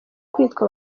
kwitwa